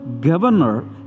governor